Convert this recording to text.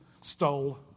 stole